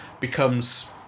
becomes